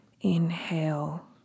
Inhale